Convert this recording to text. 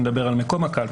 שמדבר על מקום הקלפי,